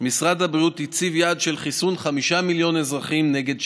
משרד הבריאות הציב יעד של חיסון 5 מיליון אזרחים נגד שפעת.